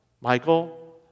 Michael